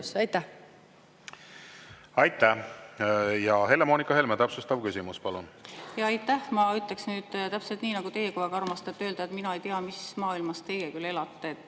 Aitäh! Helle-Moonika Helme, täpsustav küsimus, palun! Aitäh! Ma ütleks nüüd täpselt nii, nagu teie kogu aeg armastate öelda, et mina ei tea, mis maailmas teie küll elate.